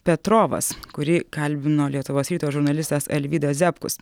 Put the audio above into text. petrovas kurį kalbino lietuvos ryto žurnalistas alvydas ziabkus